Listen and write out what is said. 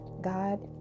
God